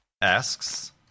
Asks